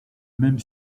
même